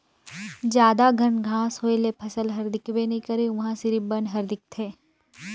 जादा घन घांस होए ले फसल हर दिखबे नइ करे उहां सिरिफ बन हर दिखथे